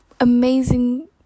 amazing